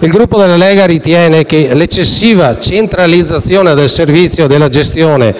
Il Gruppo della Lega ritiene che l'eccessiva centralizzazione del servizio e della gestione,